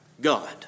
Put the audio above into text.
God